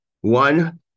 one